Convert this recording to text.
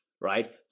right